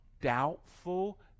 doubtful